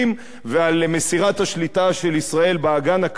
ואם הוא דיבר על ירושלים ופליטים ועל מסירת השליטה של ישראל באגן הקדוש,